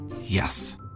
Yes